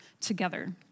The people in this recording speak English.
together